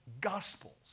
gospels